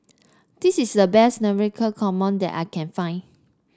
this is the best Navratan Korma that I can find